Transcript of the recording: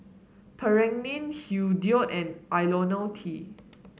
Pregain Hirudoid and IoniL T